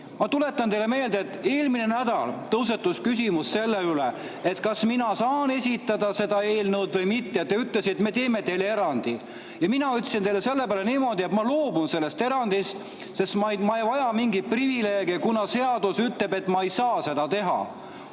Ma tuletan teile meelde, et eelmine nädal tõusetus küsimus, kas mina saan esitada seda eelnõu või mitte. Te ütlesite, et te teete mulle erandi. Mina ütlesin teile selle peale niimoodi, et ma loobun sellest erandist, ma ei vaja mingeid privileege, kuna seadus ütleb, et ma ei saa seda teha.